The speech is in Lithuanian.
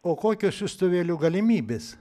o kokios siųstuvėlių galimybės